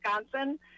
wisconsin